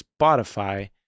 Spotify